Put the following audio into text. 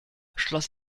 schloss